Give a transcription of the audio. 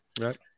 right